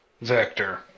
Vector